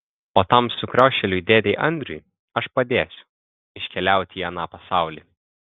o tam sukriošėliui dėdei andriui aš padėsiu iškeliauti į aną pasaulį